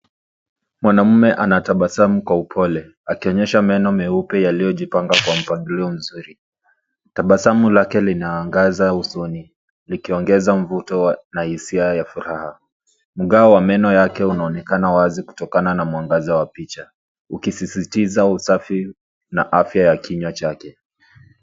Mwanaume anatabasamu kwa upole, akionyesha meno meupe yaliyojipanga kwa mpangilio mzuri. Tabasamu lake linaangaza usoni likiongeza mvuto wa na hisia ya furaha. Mgao wa meno yake unaonekana wazi kutokana na mwangaza wa picha, ukisisitiza usafi na afya ya kinywa chake.